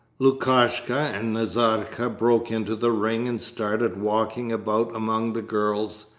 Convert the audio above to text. lukashka and nazarka broke into the ring and started walking about among the girls.